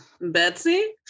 Betsy